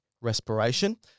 respiration